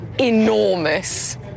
enormous